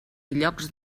llocs